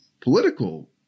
political